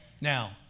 Now